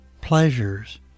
pleasures